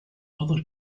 other